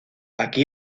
aquí